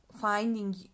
finding